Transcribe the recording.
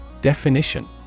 Definition